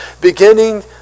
beginning